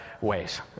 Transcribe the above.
ways